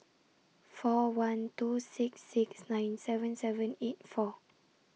four one two six six nine seven seven eight four